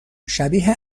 شبیه